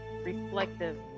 reflective